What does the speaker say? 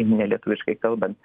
nelietuviškai kalbant